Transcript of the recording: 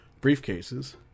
briefcases